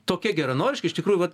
tokie geranoriški iš tikrųjų vat